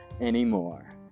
anymore